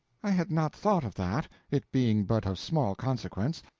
i had not thought of that, it being but of small consequence.